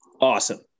Awesome